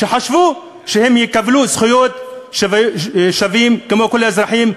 שחשבו שהם יקבלו זכויות שוות כמו כל האזרחים,